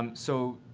um so,